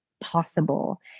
possible